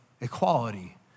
equality